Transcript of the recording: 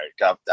right